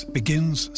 begins